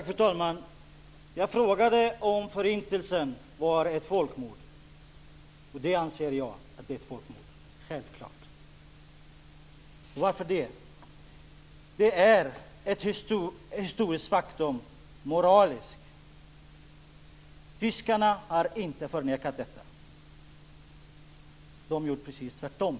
Fru talman! Jag frågade om Förintelsen var ett folkmord. Jag anser självklart att det var ett folkmord. Varför det? Det är ett historiskt och moraliskt faktum. Tyskarna har inte förnekat detta. De gör nu precis tvärtom.